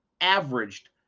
averaged